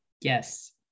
yes